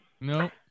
no